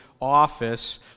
office